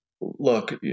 look